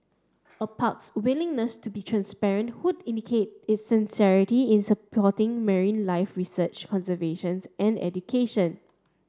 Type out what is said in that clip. a park's willingness to be transparent would indicate its sincerity in supporting marine life research conservations and education